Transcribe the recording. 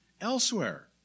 elsewhere